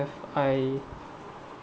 I